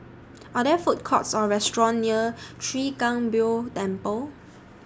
Are There Food Courts Or restaurants near Chwee Kang Beo Temple